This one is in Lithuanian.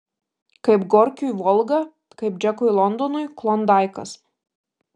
kaip gorkiui volga kaip džekui londonui klondaikas